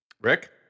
Rick